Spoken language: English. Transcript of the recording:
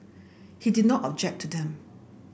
he did not object to them